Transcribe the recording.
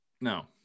No